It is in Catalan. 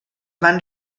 van